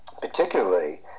Particularly